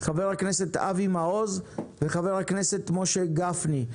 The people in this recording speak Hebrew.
חבר הכנסת אבי מעזו וחבר הכנסת משה גפני.